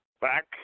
back